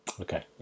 Okay